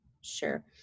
Sure